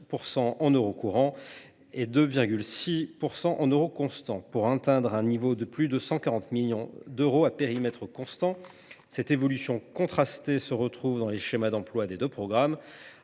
en euros courants et de 2,6 % en euros constants, pour atteindre un niveau de plus de 140 millions d’euros à périmètre constant. Cette évolution contrastée se retrouve dans les schémas d’emplois des deux programmes.